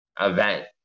event